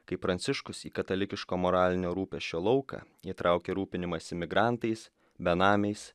kaip pranciškus į katalikiško moralinio rūpesčio lauką įtraukia rūpinimąsi migrantais benamiais